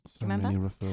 Remember